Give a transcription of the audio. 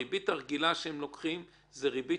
הריבית הרגילה שהם לוקחים זו ריבית